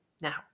now